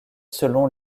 selon